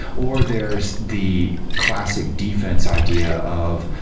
or there's the classic defense idea of,